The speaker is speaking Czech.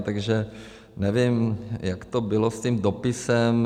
Takže nevím, jak to bylo s tím dopisem.